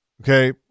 okay